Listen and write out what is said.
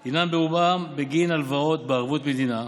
הוא ברובו בגין הלוואות בערבות מדינה,